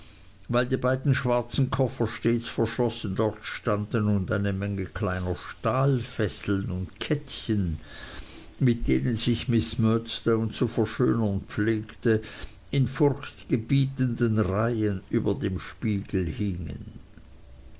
weil die beiden schwarzen koffer stets verschlossen dort standen und eine menge kleiner stahlfesseln und kettchen mit denen sich miß murdstone zu verschönern pflegte in furchtgebietenden reihen über dem spiegel hingen